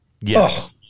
yes